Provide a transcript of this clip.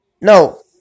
no